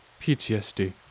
PTSD